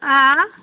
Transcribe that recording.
आ